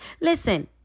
Listen